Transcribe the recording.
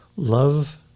Love